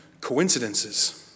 coincidences